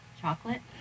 Chocolate